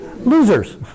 losers